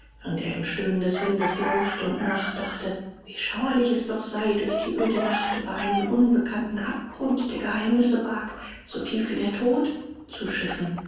er dem stöhnen des windes lauschte und nachdachte wie schauerlich es doch sei durch die öde nacht über einen unbekannten abgrund der geheimnisse barg so tief wie der tod zu schiffen